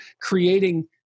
creating